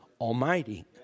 Almighty